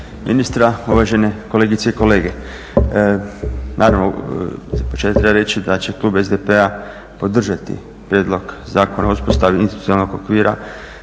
ministra, uvažene kolegice i kolege. Naravno za početak treba reći da će klub SDP-a podržati Prijedlog Zakona o uspostavi institucionalnog okvira